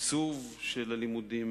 תקצוב של הלימודים